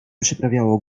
przyprawiało